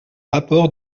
rapport